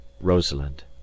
Rosalind